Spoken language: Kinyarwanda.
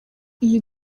iyi